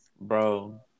Bro